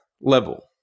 level